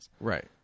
Right